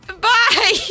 Bye